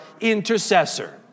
intercessor